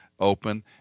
Open